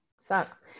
sucks